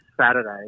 Saturday